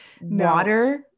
Water